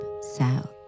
south